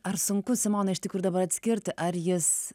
ar sunku simona iš tikrųjų dabar atskirti ar jis